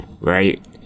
right